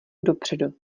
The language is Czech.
dopředu